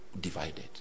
divided